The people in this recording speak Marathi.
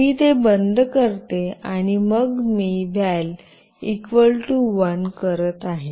मी ते बंद करते आणि मग मी "वॅल " इक्वल टू 1 करत आहे